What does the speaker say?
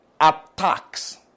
attacks